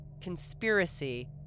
conspiracy